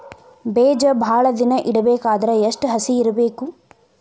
ಬೇಜ ಭಾಳ ದಿನ ಇಡಬೇಕಾದರ ಎಷ್ಟು ಹಸಿ ಇರಬೇಕು?